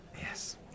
Yes